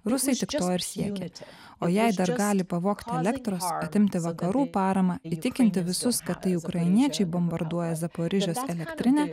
rusai tik to ir siekia o jei dar gali pavogt elektros atimti vakarų paramą įtikinti visus kad tai ukrainiečiai bombarduoja zaporižės elektrinę